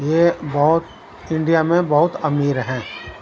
یہ بہت انڈیا میں بہت امیر ہیں